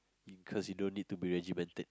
in cause you don't need to be regimented